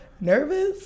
nervous